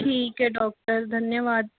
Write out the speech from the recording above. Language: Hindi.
ठीक है डॉक्टर धन्यवाद